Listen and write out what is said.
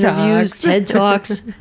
interviews, ted talks,